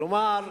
כלומר,